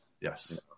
yes